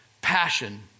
passion